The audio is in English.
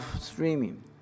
streaming